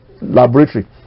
laboratory